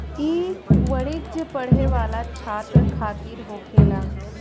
ई वाणिज्य पढ़े वाला छात्र खातिर होखेला